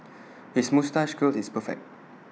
his moustache curl is perfect